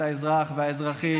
את האזרח והאזרחית,